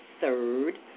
third